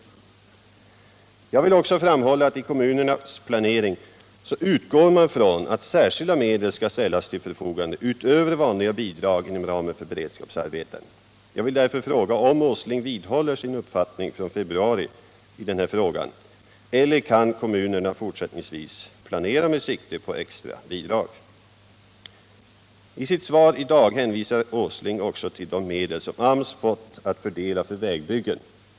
Jag vill också framhålla att i kommunernas planering utgår man trån att särskilda medel skall ställas till förfogande utöver vanliga bidrag inom ramen för beredskapsarbeten. Jag vill därför fråga om herr Åsling vidhåller sin uppfattning från februari i denna fråga eller om kommunerna fortsättningsvis kan planera med sikte på extra bidrag. I sitt svar i dag hänvisar Nils Åsling också till de medel som AMS fått att fördela för vägbyggen.